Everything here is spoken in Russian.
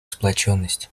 сплоченность